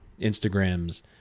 Instagrams